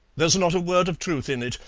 there's not a word of truth in it!